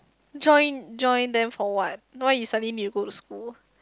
join join them for what why you suddenly need to go to school